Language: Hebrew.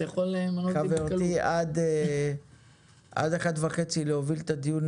אתה יכול ----- להחליף אותי עד 13:30 להוביל את הדיון,